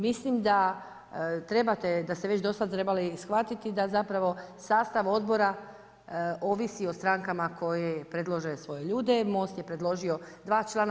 Mislim da trebate, da ste već do sad trebali shvatiti, da zapravo, sastav odbora, ovisi o strankama koje predlože svoje ljude, Most je predložio 2 člana.